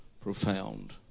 profound